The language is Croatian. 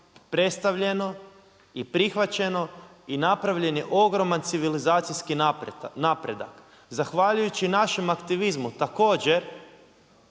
predstavljeno i prihvaćeno i napravljen je ogroman civilizacijski napredak. Zahvaljujući našem aktivizmu također